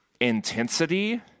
intensity